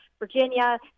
Virginia